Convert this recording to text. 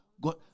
God